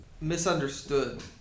misunderstood